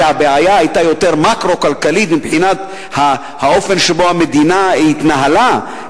כשהבעיה היתה מקרו-כלכלית מבחינת האופן שבו המדינה התנהלה,